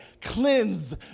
Cleanse